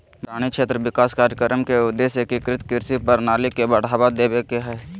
वारानी क्षेत्र विकास कार्यक्रम के उद्देश्य एकीकृत कृषि प्रणाली के बढ़ावा देवे के हई